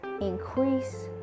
increase